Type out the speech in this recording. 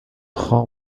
خان